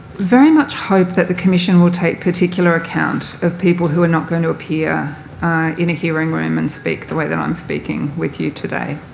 very much hope that the commission will take particular account of people who are not going to appear in a hearing room and speak the way that i'm speaking with you today.